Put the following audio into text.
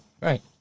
Right